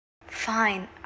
Fine